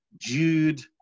Jude